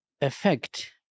effect